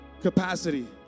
capacity